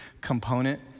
component